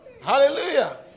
Hallelujah